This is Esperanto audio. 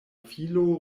filo